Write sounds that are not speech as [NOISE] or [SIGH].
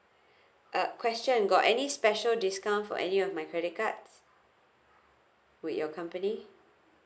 [BREATH] a question got any special discount for any of my credit cards with your company